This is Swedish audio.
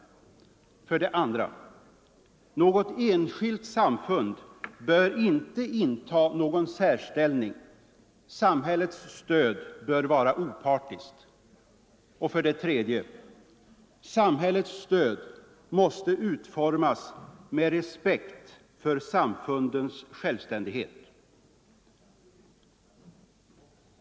2. Något enskilt samfund bör inte inta någon särställning, samhällets stöd bör vara opartiskt. 3. Samhällets stöd måste utformas med respekt för samfundens självständighet.